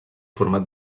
format